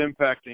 impacting